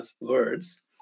words